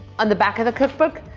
on the back of the cookbook,